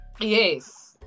yes